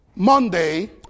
Monday